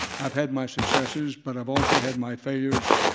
i've had my successes but i've also had my failures,